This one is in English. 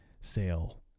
sale